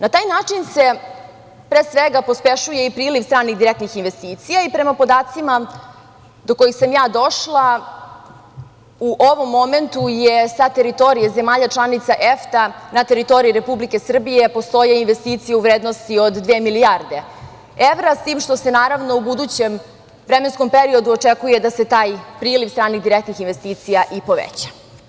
Na taj način se pre svega pospešuje i priliv stranih, direktnih investicija i prema podacima do kojih sam ja došla u ovom momentu je sa teritorije zemalja članica EFTA na teritoriji Republike Srbije i postoje investicije u vrednosti od dve milijarde evra s tim što se naravno u budućem vremenskom periodu očekuje da se taj priliv stranih direktnih investicija i poveća.